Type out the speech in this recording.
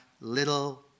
little